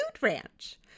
ranch